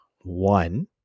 One